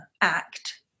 act